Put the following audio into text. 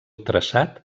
traçat